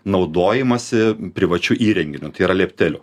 naudojimąsi privačiu įrenginiu tai yra liepteliu